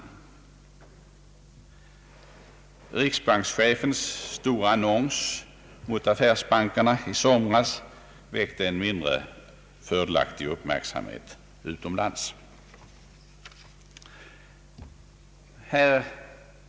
— En annan sak: riksbankschefens stora annons mot affärsbankerna i somras väckte en för vårt land mindre fördelaktig uppmärksamhet i utlandet.